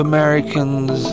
Americans